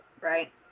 right